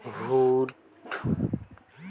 wheat মানে হসে আটা যেটো হামরা গেহু থাকি পাইচুং